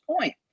point